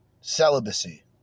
celibacy